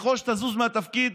ככל שתזוז מהתפקיד,